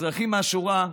אזרחים מהשורה,